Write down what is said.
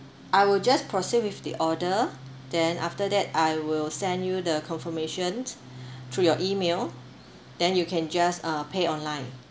I'll just proceed with the order then after that I will send you the confirmation through your email then you can just uh pay online